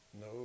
No